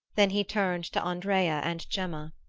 then he turned to andrea and gemma.